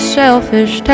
selfish